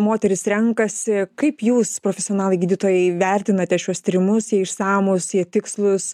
moterys renkasi kaip jūs profesionalai gydytojai vertinate šiuos tyrimus jie išsamūs jie tikslūs